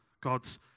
God's